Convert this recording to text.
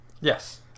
Yes